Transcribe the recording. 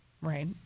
Right